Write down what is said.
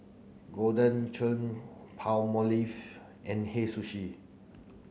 Golden Churn Palmolive and Hei Sushi